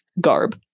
garb